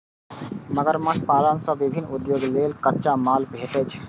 मगरमच्छ पालन सं विभिन्न उद्योग लेल कच्चा माल भेटै छै